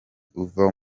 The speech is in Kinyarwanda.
uva